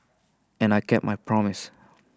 and I kept my promise